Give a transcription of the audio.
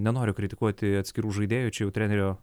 nenoriu kritikuoti atskirų žaidėjų čia jau trenerio